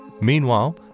Meanwhile